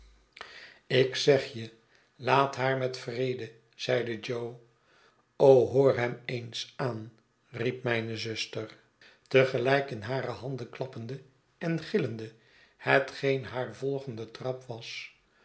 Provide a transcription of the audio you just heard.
ik zeg je laat haar met vrede zeide jo hoor hem eens aan riep mijne zuster te gelijk in hare handen klappende en gillende hetgeen haar volgende trap was